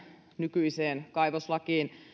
nykyiseen kaivoslakiin